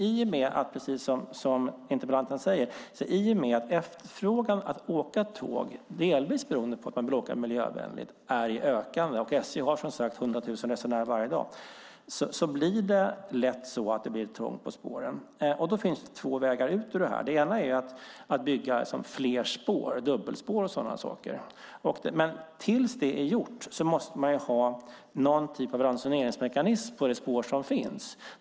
I och med att efterfrågan att åka tåg, delvis beroende på att man vill åka miljövänligt, är i ökande - SJ har 100 000 resenärer varje dag - blir det lätt trångt på spåren. Det finns två vägar ut ur detta. Den ena är att bygga fler spår, till exempel dubbelspår. Men tills det är gjort är den andra vägen att det måste finnas någon typ av ransoneringsmekanism på de spår som finns.